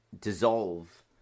dissolve